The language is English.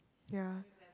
ya